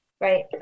Right